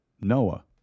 Noah